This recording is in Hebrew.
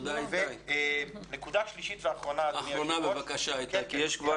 נקודה שלישית ואחרונה -- אחרונה, בבקשה, איתי.